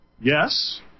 Yes